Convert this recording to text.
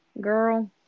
Girl